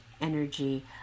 energy